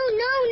no